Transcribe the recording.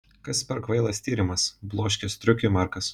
kas per kvailas tyrimas bloškė striukiui markas